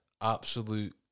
absolute